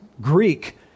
Greek